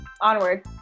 onward